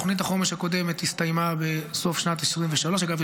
תוכנית החומש הקודמת הסתיימה בסוף שנת 2023. אגב,